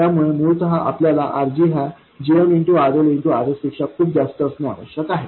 त्यामुळे मुळतः आपल्याला RG हा gm RL Rs पेक्षा खूप जास्त असणे आवश्यक आहे